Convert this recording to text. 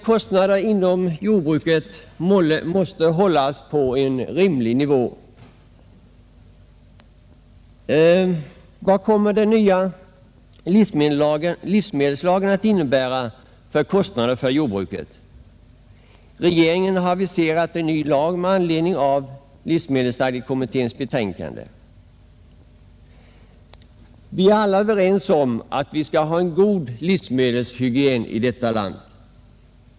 Kostnaderna inom jordbruket måste hållas på en rimlig nivå. Vad kommer den nya livsmedelslagen att innebära för kostnader för jordbruket? Regeringen har aviserat en ny lag med anledning av livsmedelsstadgekommitténs betänkande. Vi är alla överens om att vi skall ha en god livsmedelshygien.